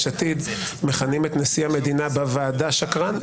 עתיד מכנים את נשיא המדינה בוועדה שקרן.